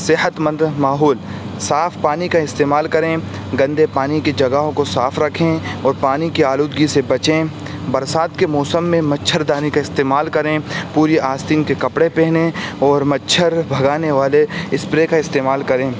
صحت مند ماحول صاف پانی کا استعمال کریں گندے پانی کی جگاہوں کو صاف رکھیں اور پانی کی آلودگی سے بچیں برسات کے موسم میں مچھردانی کا استعمال کریں پوری آستین کے کپڑے پہنیں اور مچھر بھگانے والے اسپرے کا استعمال کریں